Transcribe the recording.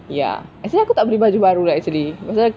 ya actually aku tak beli baju baru lah actually pasal